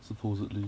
supposedly